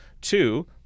two